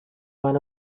won